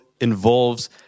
involves